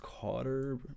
Carter